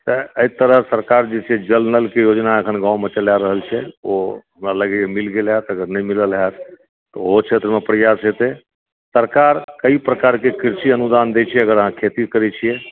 तैं एहि तरह सरकार जे छै से जल नलके योजना एखन गाँवमे चला रहल छै ओ हमरा लागैया मिल गेल होएत अगर नहि मिलल होएत तऽ ओहो क्षेत्रमे प्रयास हेतै सरकार कई प्रकारके कृषि अनुदान देइ छै अगर अहाँ खेती करै छियै